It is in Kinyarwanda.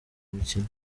mukino